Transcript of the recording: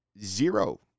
zero